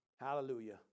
Hallelujah